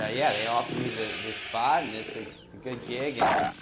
ah yeah, they offered me the the spot and it's a good gig. and